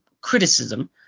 criticism